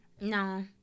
No